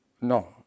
No